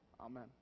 Amen